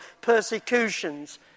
persecutions